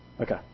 Okay